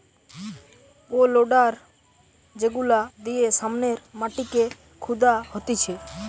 pay loader যেগুলা দিয়ে সামনের মাটিকে খুদা হতিছে